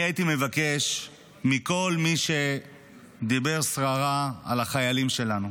אני מבקש מכל מי שדיבר סרה על החיילים שלנו,